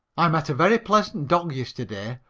i met a very pleasant dog yesterday,